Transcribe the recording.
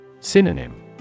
Synonym